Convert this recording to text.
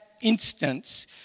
instance